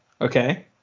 Okay